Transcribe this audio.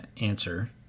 answer